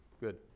Good